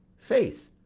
faith,